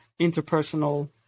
interpersonal